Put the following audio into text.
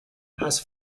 has